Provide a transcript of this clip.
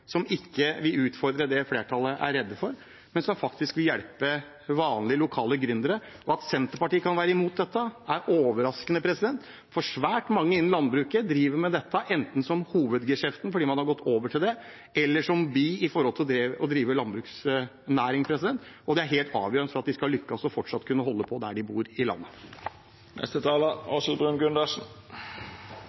som ikke vil utfordre det flertallet er redd for, men som vil hjelpe vanlige, lokale gründere. At Senterpartiet kan være mot dette, er overraskende. Svært mange innen landbruket driver med dette, enten som hovedgeskjeft fordi man har gått over til det, eller som bigeskjeft for å drive landbruksnæring, og dette er helt avgjørende for at de skal lykkes og fortsatt skal kunne holde på der de bor i landet.